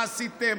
מה עשיתם,